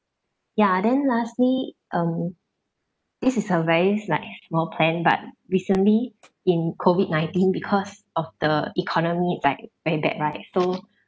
ya then lastly um this is a very like small plan but recently in COVID nineteen because of the economy is like very bad right so